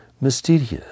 mysterious